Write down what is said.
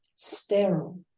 sterile